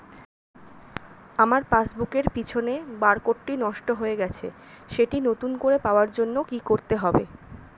আমার পাসবুক এর পিছনে বারকোডটি নষ্ট হয়ে গেছে সেটি নতুন করে পাওয়ার জন্য কি করতে হবে?